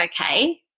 okay